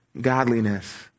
godliness